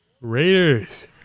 Raiders